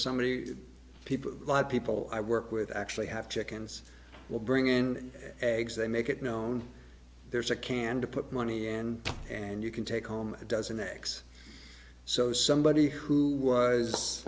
somebody people lot of people i work with actually have chickens will bring in eggs they make it known there's a can to put money in and you can take home a dozen eggs so somebody who